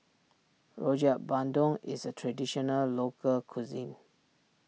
Rojak Bandung is a Traditional Local Cuisine